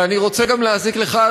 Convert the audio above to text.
ואני רוצה גם להזיק לך,